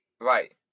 Right